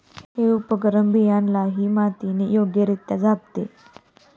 हे उपकरण बियाण्याला मातीने योग्यरित्या झाकते